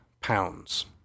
pounds